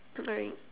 alright